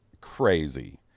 Crazy